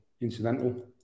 incidental